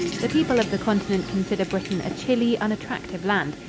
the people of the continent consider britain a chilly, unattractive land.